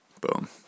Boom